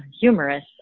humorous